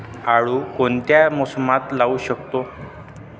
आळू कोणत्या मोसमात लावू शकतो?